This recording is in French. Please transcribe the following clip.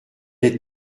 les